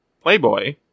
Playboy